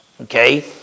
Okay